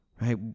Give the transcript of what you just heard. right